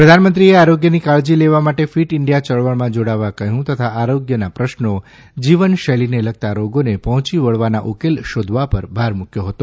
પ્રધાનમંત્રીએ આરોગ્યની કાળજી લેવા માટે ફીટ ઇન્ડિથા યળવળમાં જોડાવા કહ્યું તથા આરોગ્યના પ્રશ્નો જીવનશૈલીને લગતા રોગોને પહોંચી વળવાના ઉકેલ શોધવા પર ભાર મૂક્યો હતો